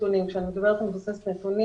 אני לא אומר שבמאה אחוזים אבל רובם יצאו גם בערבית.